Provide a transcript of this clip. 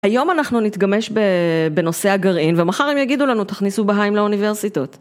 היום אנחנו נתגמש בנושא הגרעין ומחר הם יגידו לנו תכניסו באהיים לאוניברסיטות.